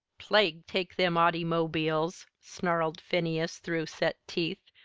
plague take them autymobiles! snarled phineas through set teeth,